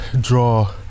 draw